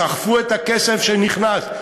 שרפו את הכסף שנכנס,